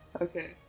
Okay